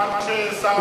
אני מוכן ששר הפנים ישיב.